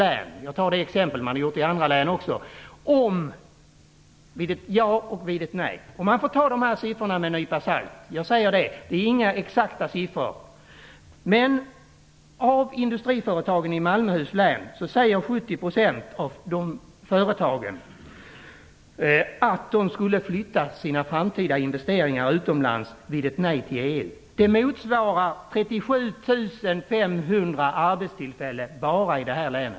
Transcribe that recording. Löntagarna för Europa har undersökt hur investeringarna vid ett ja och vid ett nej skulle kunna påverkas i Malmöhus län liksom också i andra län. Det är inte några exakta siffror, utan de får tas med en nypa salt. att de skulle flytta sina framtida investeringar utomlands vid ett nej till EU. Det motsvarar 37 500 arbetstillfällen bara i detta län.